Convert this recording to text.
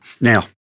now